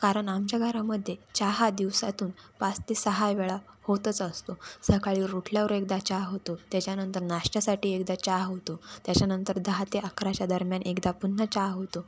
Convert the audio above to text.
कारण आमच्या घरामध्ये चहा दिवसातून पाच ते सहा वेळा होतच असतो सकाळी उठल्यावर एकदा चहा होतो त्याच्यानंतर नाश्त्यासाठी एकदा चहा होतो त्याच्यानंतर दहा ते अकराच्या दरम्यान एकदा पुन्हा चहा होतो